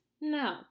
No